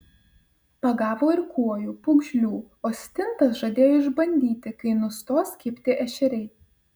pagavo ir kuojų pūgžlių o stintas žadėjo išbandyti kai nustos kibti ešeriai